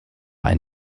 ein